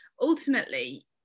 ultimately